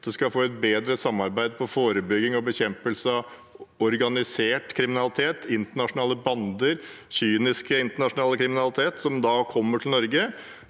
at vi får et bedre samarbeid innen forebygging og bekjempelse av organisert kriminalitet, internasjonale bander og kynisk internasjonal kriminalitet som kommer til Norge